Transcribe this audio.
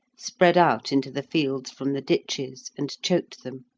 spread out into the fields from the ditches and choked them.